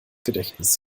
gedächtnis